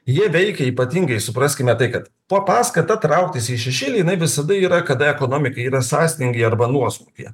jie veikia ypatingai supraskime tai kad po paskata trauktis į šešėlį jinai visada yra kada ekonomika yra sąstingyje arba nuosmukyje